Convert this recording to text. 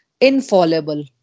infallible